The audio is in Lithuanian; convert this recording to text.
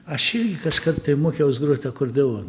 aš irgi kažkad tai mokiaus grot akordeon